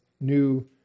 new